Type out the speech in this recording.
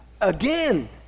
again